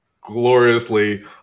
gloriously